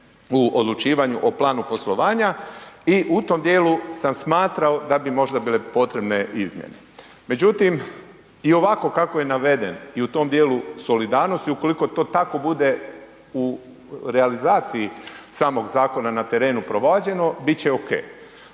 u odlučivanju o planu poslovanja i u tom dijelu sam smatrao da bi možda bile potrebne izmjene. Međutim i ovako kako je naveden i u tom dijelu solidarnosti ukoliko to tako bude u realizaciji samog zakona na terenu provođeno biti će